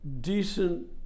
decent